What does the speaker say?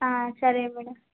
ಹಾಂ ಸರಿ ಮೇಡಮ್